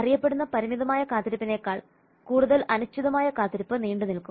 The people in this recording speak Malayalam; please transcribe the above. അറിയപ്പെടുന്ന പരിമിതമായ കാത്തിരിപ്പിനേക്കാൾ കൂടുതൽ അനിശ്ചിതമായ കാത്തിരിപ്പ് നീണ്ടു നിൽക്കും